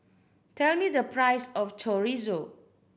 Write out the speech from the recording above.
tell me the price of Chorizo